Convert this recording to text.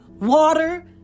water